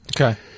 Okay